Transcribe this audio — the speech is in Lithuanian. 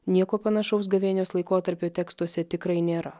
nieko panašaus gavėnios laikotarpiu tekstuose tikrai nėra